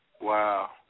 Wow